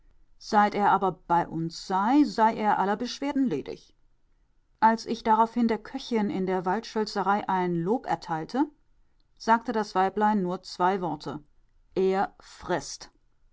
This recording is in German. seit er aber bei uns sei sei er aller beschwerden ledig als ich daraufhin der köchin in der waldschölzerei ein lob erteilte sagte das weiblein nur zwei worte er frißt